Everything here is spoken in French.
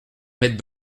mettre